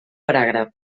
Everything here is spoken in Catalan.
paràgraf